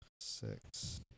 Six